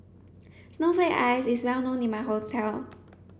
snowflake ice is well known in my hometown